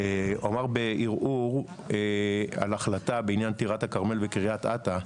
אמר בערעור על החלטה בעניין טירת הכרמל וקריית אתא,